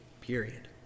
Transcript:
period